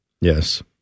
Yes